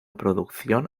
producción